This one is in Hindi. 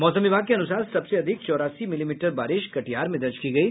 मौसम विभाग के अनुसार सबसे अधिक चौरासी मिलीमीटर बारिश कटिहार में दर्ज की गयी